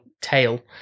tail